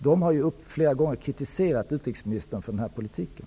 De har flera gånger kritiserat utrikesministern för den här politiken.